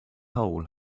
hole